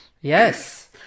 Yes